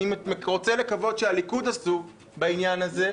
אני רוצה לקוות שהליכוד עשו בעניין הזה,